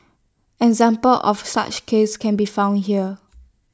examples of such cases can be found here